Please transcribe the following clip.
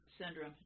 syndrome